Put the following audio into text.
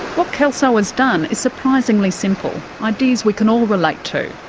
what kelso has done is surprisingly simple ideas we can all relate to.